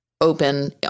open